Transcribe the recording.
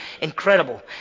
incredible